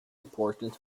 important